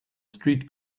street